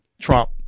Trump